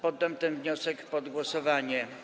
Poddam ten wniosek pod głosowanie.